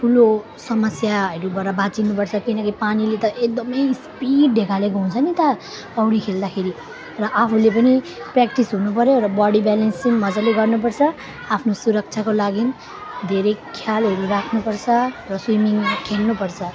ठुलो समस्याहरूबाट बाँचिनुपर्छ किनभने पानीले त एकदमै स्पिड धकेलेको हुन्छ नि त पौडी खेल्दाखेरि र आफूले पनि प्र्याक्टिस हुनुपर्यो र बोडी ब्यालेन्सिङ मजाले गर्नुपर्छ आफ्नो सुरक्षाको लागि धेरै ख्यालहरू राख्नुपर्छ र स्विमिङ खेल्नुपर्छ